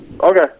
Okay